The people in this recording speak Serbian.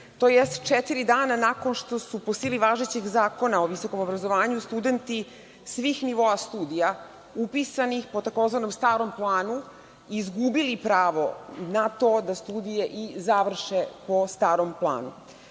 tj. četiri dana nakon što su po sili važećeg Zakona o visokom obrazovanju studenti svih nivoa studija upisani po tzv. starom planu, izgubili pravo na to da studije i završe po starom planu. Dakle,